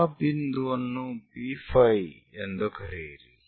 ಆ ಬಿಂದುವನ್ನು P5 ಎಂದು ಕರೆಯಿರಿ